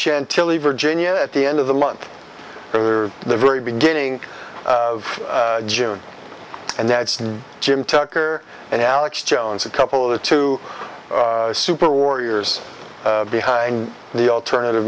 chantilly virginia at the end of the month for the very beginning of june and that's jim tucker and alex jones a couple of the two super warriors behind the alternative